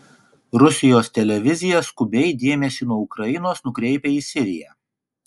rusijos televizija skubiai dėmesį nuo ukrainos nukreipia į siriją